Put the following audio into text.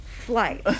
flight